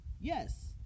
Yes